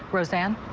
rosanne.